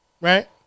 Right